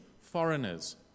foreigners